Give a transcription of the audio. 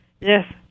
Yes